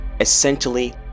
essentially